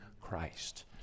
Christ